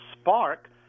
spark